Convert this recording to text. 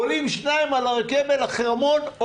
עולים שניים על הרכבל לחרמון.